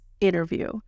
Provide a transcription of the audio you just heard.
interview